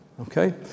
okay